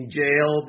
jail